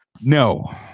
No